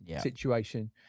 situation